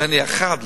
ואין לי, אחד לא,